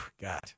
God